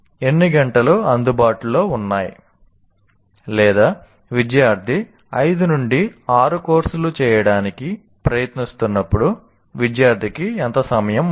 ఎన్ని గంటలు అందుబాటులో ఉన్నాయి లేదా విద్యార్థి 5 నుండి 6 కోర్సులు చేయడానికి ప్రయత్నిస్తున్నప్పుడు విద్యార్థికి ఎంత సమయం ఉంది